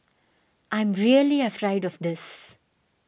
I am really afraid of this